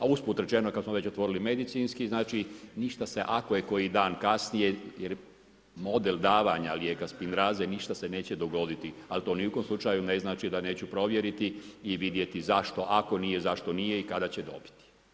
A usput rečeno kada smo već otvorili medicinski, znači, ništa se, ako je koji dan kasnije jer model davanja lijeka spinraze, ništa se neće dogoditi ali to ni u kojem slučaju ne znači da neću provjeriti i vidjeti zašto ako nije zašto nije i kada će dobiti.